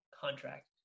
contract